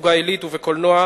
בסוגה עילית ובקולנוע,